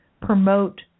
promote